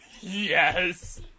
Yes